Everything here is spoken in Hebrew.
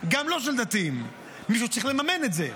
גם לא של דתיים, מישהו צריך לממן את זה.